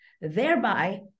thereby